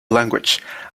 language